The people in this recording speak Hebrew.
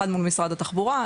אחד מול משרד התחבורה,